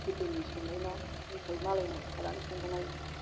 गोदोनि संनायना मालायनाव थानानै संबोनाय